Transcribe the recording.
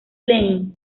lane